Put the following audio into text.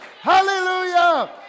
Hallelujah